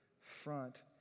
front